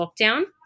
lockdown